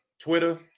twitter